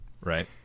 Right